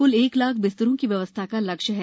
क्ल एक लाख बिस्तरों की व्यवस्था का लक्ष्य है